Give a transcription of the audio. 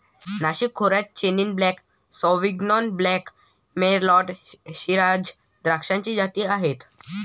नाशिक खोऱ्यात Chenin Blanc, Sauvignon Blanc, Merlot, Shiraz द्राक्षाच्या जाती आहेत